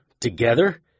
Together